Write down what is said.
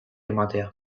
ematea